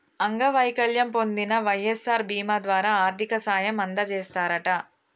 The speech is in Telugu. అంగవైకల్యం పొందిన వై.ఎస్.ఆర్ బీమా ద్వారా ఆర్థిక సాయం అందజేస్తారట